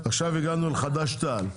עכשיו הגענו לחד"ש-תע"ל.